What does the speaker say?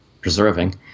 preserving